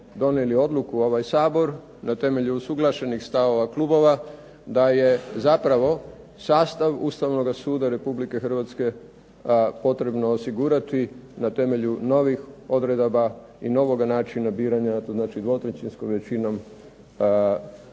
donijeli odluku ovaj Sabor na temelju usuglašenih stavova klubova, da je zapravo sastav Ustavnoga suda Republike Hrvatske potrebno osigurati na temelju novih odredaba i novoga načina biranja, a to znači 2/3 većinom